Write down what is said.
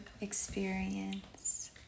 experience